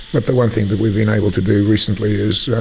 but the one thing that we've been able to do recently is